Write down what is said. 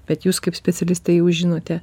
bet jūs kaip specialistai jau žinote